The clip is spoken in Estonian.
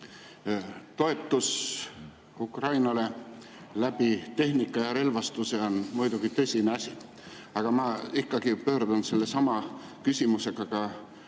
Toetus Ukrainale läbi tehnika ja relvastuse on muidugi tõsine asi, aga ma ikkagi pöördun sellesama küsimusega ka